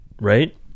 right